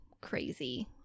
crazy